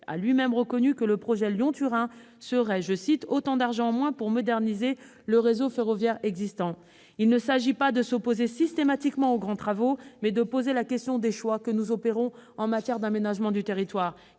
a lui-même reconnu que le projet Lyon-Turin serait « autant d'argent en moins pour moderniser le réseau ferroviaire existant ». Il ne s'agit pas de s'opposer systématiquement aux grands travaux, mais de poser la question des choix que nous opérons en matière d'aménagement du territoire.